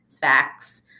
facts